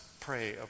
pray